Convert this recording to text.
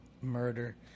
murder